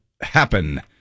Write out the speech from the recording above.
happen